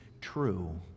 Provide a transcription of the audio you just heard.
true